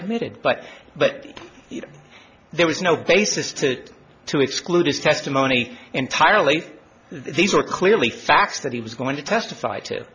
admitted but but there was no basis to to exclude his testimony entirely these are clearly facts that he was going to testify to